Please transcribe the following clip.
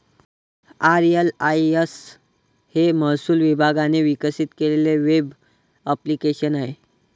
RLIS हे महसूल विभागाने विकसित केलेले वेब ॲप्लिकेशन आहे